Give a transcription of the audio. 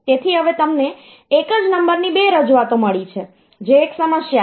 તેથી હવે તમને એક જ નંબરની 2 રજૂઆતો મળી છેજે એક સમસ્યા છે